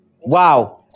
Wow